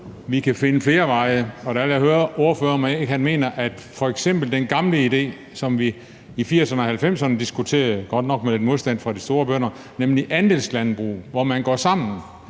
vi kan finde flere veje, og der vil jeg høre ordføreren, hvad han mener om f.eks. den gamle idé, som vi i 80'erne og 90'erne diskuterede, godt nok med lidt modstand fra de store bønder, nemlig andelslandbruget, hvor man går sammen,